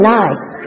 nice